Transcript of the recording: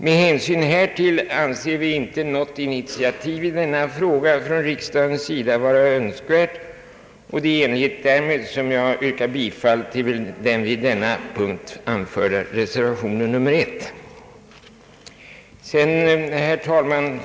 Med hänsyn härtill anser vi icke något initiativ i denna fråga från riksdagens sida önskvärt, och det är i enlighet därmed som jag yrkar bifall till den vid punkt 4 anförda reservationen. Herr talman!